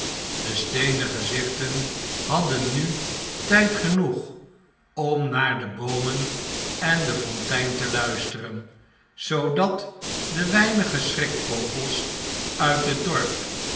de sieenen gezichten hadden nu th'd genoeg om naar de boomen en de fontein te luisteren zoodat de weinige schrikvogels uit het dorp